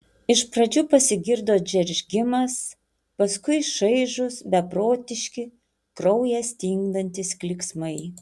iš pradžių pasigirdo džeržgimas paskui šaižūs beprotiški kraują stingdantys klyksmai